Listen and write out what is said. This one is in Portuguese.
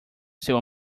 seu